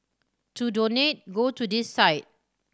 to donate go to this site